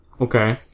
Okay